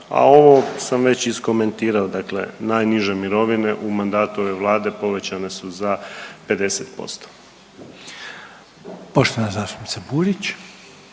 A ovo sam već iskomentirao, dakle najniže mirovine u mandatu ove Vlade povećane su za 50%. **Reiner,